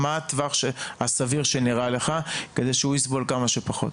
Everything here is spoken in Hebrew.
מה הטווח הסביר שנראה לך כדי שהוא יסבול כמה שפחות?